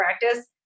practice